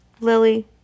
Lily